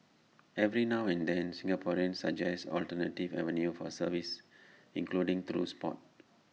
every now and then Singaporeans suggest alternative avenues for service including through Sport